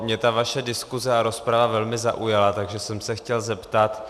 Mě ta vaše diskuse a rozprava velmi zaujala, takže jsem se chtěl zeptat.